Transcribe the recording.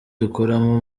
dukoramo